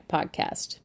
Podcast